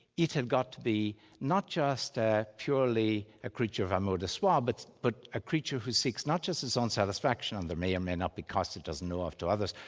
it had got to be not just ah purely a creature of amour de soi, ah but but a creature who seeks not just his own satisfaction, and there may or may not be costs it doesn't know of to others,